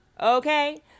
Okay